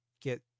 get